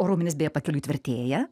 o raumenys beje pakeliui tvirtėja